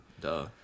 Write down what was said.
Duh